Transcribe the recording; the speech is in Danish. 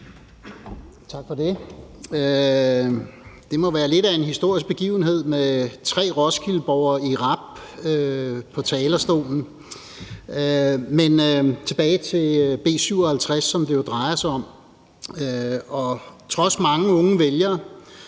Tak for det. Det må være lidt af en historisk begivenhed med tre roskildeborgere i rap på talerstolen. Tilbage til B 57, som det jo drejer sig om: Trods mange unge vælgere